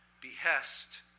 behest